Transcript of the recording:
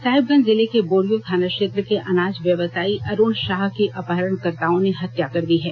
साहिबगंज जिले के बोरियों थाना क्षेत्र के अनाज व्यवसायी अरूण साह की अपहरणकर्ताओं ने हत्या कर दी है